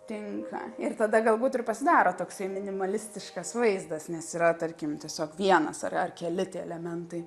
tinka ir tada galbūt ir pasidaro toksai minimalistiškas vaizdas nes yra tarkim tiesiog vienas ar ar keli tie elementai